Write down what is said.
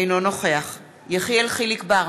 אינו נוכח יחיאל חיליק בר,